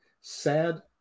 sad